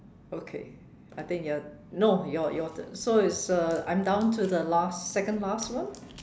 okay I think you're no your your turn so is uh I'm down to the last second last one